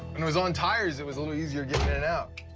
it was on tires, it was a little easier getting in and out.